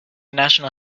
national